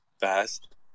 fast